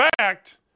Fact